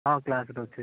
ହଁ କ୍ଲାସ୍ ତ ଅଛି